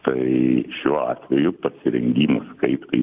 tai šiuo atveju pasirengimas kaip tai